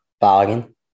Bargain